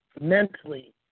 Mentally